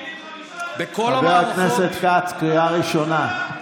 חבר הכנסת כץ, קריאה ראשונה.